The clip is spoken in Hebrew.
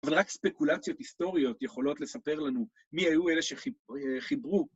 אבל רק ספקולציות היסטוריות יכולות לספר לנו מי היו אלה שחיברו.